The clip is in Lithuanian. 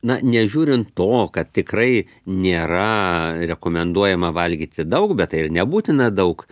na nežiūrint to kad tikrai nėra rekomenduojama valgyti daug bet tai ir nebūtina daug